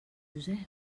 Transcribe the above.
josep